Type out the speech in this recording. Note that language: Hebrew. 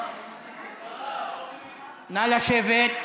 נא לשבת.